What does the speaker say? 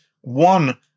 one